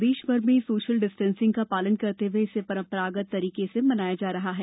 प्रदेशभर में social distancing का पालन करते इसे परम्परागत तरीके से मनाया जा रहा है